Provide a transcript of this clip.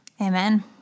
Amen